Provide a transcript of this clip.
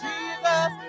Jesus